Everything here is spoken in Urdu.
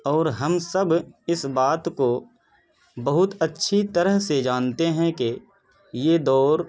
اور ہم سب اس بات کو بہت اچھی طرح سے جانتے ہیں کہ یہ دور